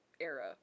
era